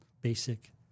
basic